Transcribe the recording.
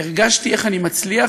הרגשתי איך אני מצליח,